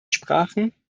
sprachen